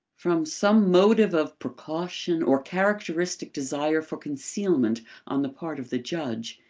from some motive of precaution or characteristic desire for concealment on the part of the judge,